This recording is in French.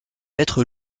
être